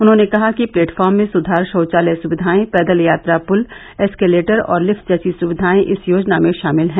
उन्होंने कहा कि प्लेटफार्म में सुधार शौचालय सुविधाएं पैदल यात्रा पुल एस्केलेटर और लिफ्ट जैसी सुविधाएं इस योजना में शामिल हैं